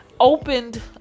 opened